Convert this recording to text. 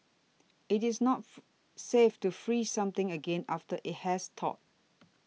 it is not safe to freeze something again after it has thawed